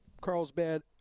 Carlsbad